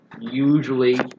usually